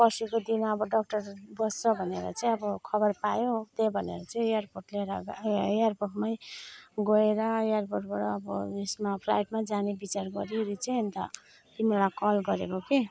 पर्सिको दिन अब डक्टर बस्छ भनेर चाहिँ अब खबर पायो त्यही भनेर चाहिँ एयरपोर्ट लिएर ए एयरपोर्टमै गएर एयरपोर्टबाट अब उसमा फ्लाइटमा जाने विचार गरेर चाहिँ अन्त तिमीलाई कल गरेको के